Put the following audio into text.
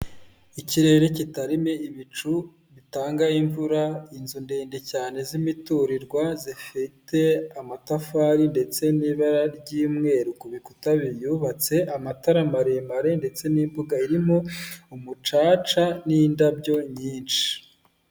Ikirere kitarimo ibicu bitanga imvura inzu ndende cyane z'imiturirwa zifite amatafari ndetse n'ibara ry'umweru ku bikuta biyubatse amatara maremare ndetse n'imbuga irimo umucaca n'indabyo nyinshi .